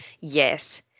Yes